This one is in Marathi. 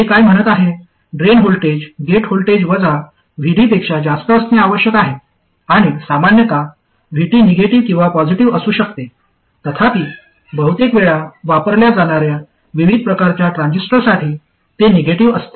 हे काय म्हणत आहे ड्रेन व्होल्टेज गेट व्होल्टेज वजा VT पेक्षा जास्त असणे आवश्यक आहे आणि सामान्यत VT निगेटिव्ह किंवा पॉजिटीव्ह असू शकते तथापि बहुतेक वेळा वापरल्या जाणार्या विविध प्रकारच्या ट्रांझिस्टरसाठी ते निगेटिव्ह असते